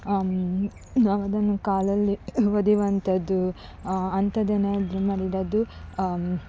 ನಾವದನ್ನು ಕಾಲಲ್ಲಿ ಒದೆವಂತದ್ದು ಅಂಥದ್ದೇನಾದ್ರು ಮಾಡಿದರೆ ಅದು